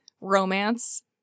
romance